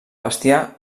bestiar